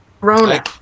Corona